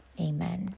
amen